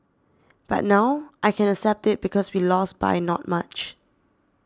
but now I can accept it because we lost by not much